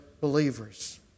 believers